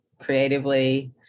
creatively